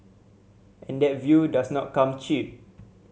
and that view does not come cheap